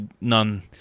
none